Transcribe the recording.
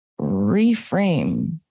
reframe